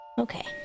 Okay